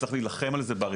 צריך להילחם על זה.